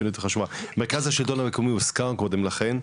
מרכז השילטון המקומי, הוזכר קודם לכן,